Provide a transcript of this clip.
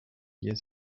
years